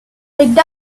picked